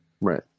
Right